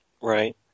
Right